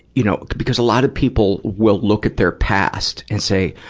you know because a lot of people will look at their past and say,